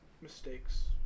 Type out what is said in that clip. Mistakes